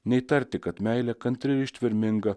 neįtarti kad meilė kantri ir ištverminga